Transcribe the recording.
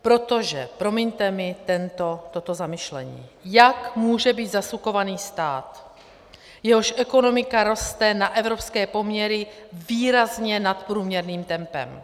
Protože promiňte mi toto zamyšlení jak může být zasukovaný stát, jehož ekonomika roste na evropské poměry výrazně nadprůměrným tempem?